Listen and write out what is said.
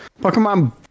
Pokemon